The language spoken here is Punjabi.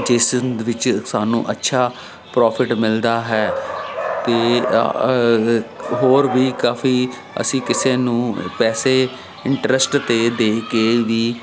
ਜਿਸ ਵਿੱਚ ਸਾਨੂੰ ਅੱਛਾ ਪ੍ਰੋਫਿਟ ਮਿਲਦਾ ਹੈ ਅਤੇ ਹੋਰ ਵੀ ਕਾਫੀ ਅਸੀਂ ਕਿਸੇ ਨੂੰ ਪੈਸੇ ਇੰਟਰਸਟ 'ਤੇ ਦੇ ਕੇ ਵੀ